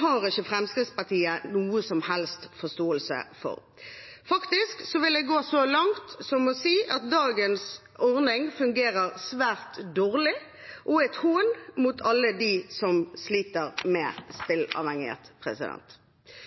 har ikke Fremskrittspartiet noen som helst forståelse for. Jeg vil faktisk gå så langt som å si at dagens ordning fungerer svært dårlig og er en hån mot alle dem som sliter med